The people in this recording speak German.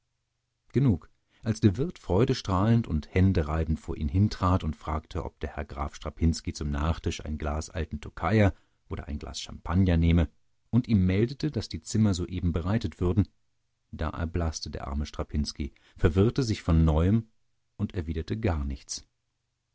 genug als der wirt freudestrahlend und händereibend vor ihn hintrat und fragte ob der herr graf strapinski zum nachtisch ein glas alten tokaier oder ein glas champagner nehme und ihm meldete daß die zimmer soeben zubereitet würden da erblaßte der arme strapinski verwirrte sich von neuem und erwiderte gar nichts